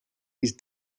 his